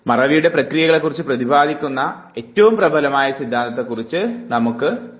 മറവിയുടെ പ്രക്രിയകളെക്കുറിച്ച് പ്രതിപാദിക്കുന്ന ഏറ്റവും പ്രബലമായ സിദ്ധാന്തത്തെക്കുറിച്ച് നമുക്കറിയുവാൻ ശ്രമിക്കാം